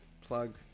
plug